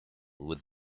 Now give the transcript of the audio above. with